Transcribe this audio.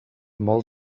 molt